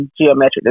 geometric